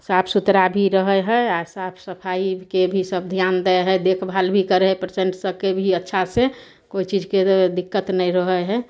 साफ सुथरा भी रहय हइ आओर साफ सफाइसँ भी सब ध्यान दै हइ देखभाल भी करय हइ पेशेन्ट सबके भी अच्छाँ कोइ चीजके दिक्कत नहि रहय हइ